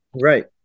Right